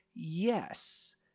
yes